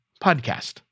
podcast